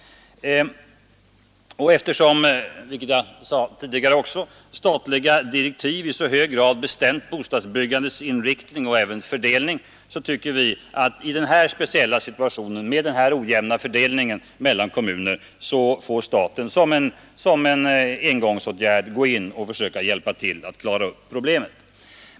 Eftersom statliga direktiv i så hög grad bestämt bostadsbyggandets inriktning och fördelning är det, som jag redan sagt, rimligt att staten som en engångsåtgärd hjälper till att klära upp problemen.